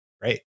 great